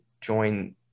join